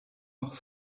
noch